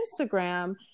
Instagram